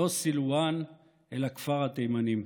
לא סילוואן אלא כפר התימנים.